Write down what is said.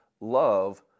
Love